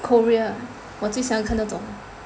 Korea 我最喜欢看这种